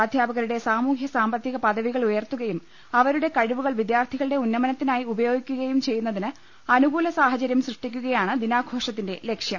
അധ്യാ പകരുടെ സാമൂഹൃ സാമ്പത്തിക പദവികൾ ഉയർത്തുകയും അവരുടെ കഴിവുകൾ വിദ്യാർത്ഥികളുടെ ഉന്നമനത്തിനായി ഉപ യോഗിക്കുകയും ചെയ്യുന്നതിന് അനുകൂല സാഹൃചര്യം സൃഷ്ടി ക്കുകയാണ് ദിനാഘോഷത്തിന്റെ ലക്ഷ്യം